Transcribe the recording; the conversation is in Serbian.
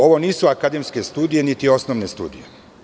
Ovo nisu akademske, niti osnovne studije.